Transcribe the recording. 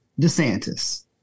DeSantis